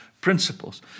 principles